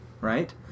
right